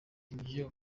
ibyo